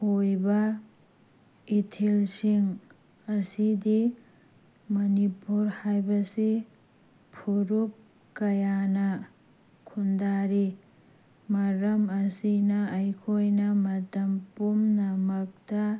ꯑꯣꯏꯕ ꯏꯊꯤꯜꯁꯤꯡ ꯑꯁꯤꯗꯤ ꯃꯅꯤꯄꯨꯔ ꯍꯥꯏꯕꯁꯤ ꯐꯨꯔꯨꯞ ꯀꯌꯥꯅ ꯈꯨꯟꯗꯥꯔꯤ ꯃꯔꯝ ꯑꯁꯤꯅ ꯑꯩꯈꯣꯏꯅ ꯃꯇꯝ ꯄꯨꯝꯅꯃꯛꯇ